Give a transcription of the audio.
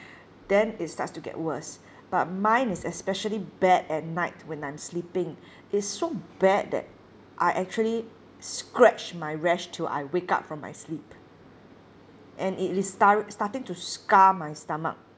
then it starts to get worse but mine is especially bad at night when I'm sleeping it's so bad that I actually scratch my rash till I wake up from my sleep and it is star~ starting to scar my stomach